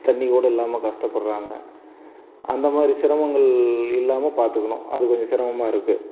தண்ணிர் கூட இல்லாமல் கஷ்டப்படுறாங்க அந்தமாதிரி சிரமங்கள் இல்லாமல் பார்த்துக்கணும் அது கொஞ்சம் சிரமமாக இருக்குது